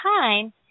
time